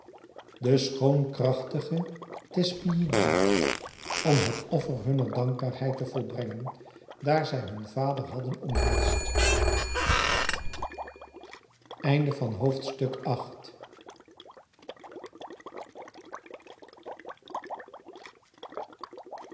de schoonkrachtige thespeïden om het offer hunner dankbaarheid te volbrengen daar zij hun vader hadden omhelsd